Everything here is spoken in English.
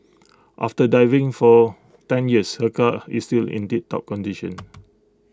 after diving for ten years her car is still in tiptop condition